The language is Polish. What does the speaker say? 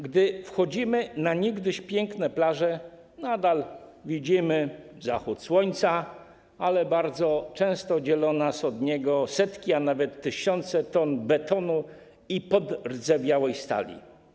Gdy wchodzimy na niegdyś piękne plaże, nadal widzimy zachód słońca, ale bardzo często dzielą nas od niego setki, a nawet tysiące ton betonu i podrdzewiałej stali.